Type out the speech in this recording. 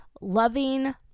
loving